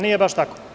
Nije baš tako.